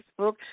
Facebook